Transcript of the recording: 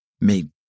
made